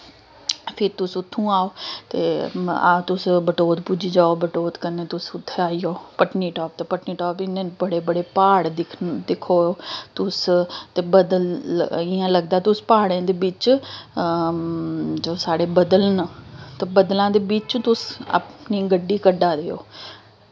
फिर तुस उत्थूं आओ ते हां तुस बटोत पुज्जी जाओ बटोत कन्नै तुस उत्थें आई जाओ पत्नीटाप ते पत्नीटाप बी इ'यां बड़े बड़े प्हाड़ दिक्खो तुस ते बदल इ'यां लगदा तुस प्हाड़ें दे बिच्च जो साढ़े बदल न ते बदलां दे बिच्च तुस अपनी गड्डी कड्ढा दे ओ